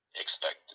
expected